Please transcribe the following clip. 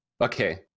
okay